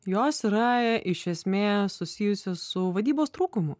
jos yra iš esmės susijusios su vadybos trūkumu